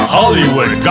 Hollywood